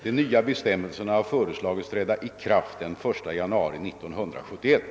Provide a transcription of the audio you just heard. De nya bestämmelserna har föreslagits träda i kraft den 1 januari 1971.